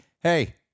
hey